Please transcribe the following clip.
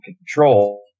control